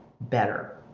better